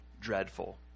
dreadful